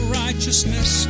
righteousness